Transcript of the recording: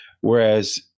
Whereas